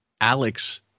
Alex